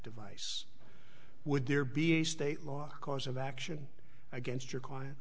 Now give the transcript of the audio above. device would there be a state law cause of action against your client